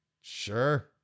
sure